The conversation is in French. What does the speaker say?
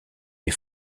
les